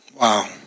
Wow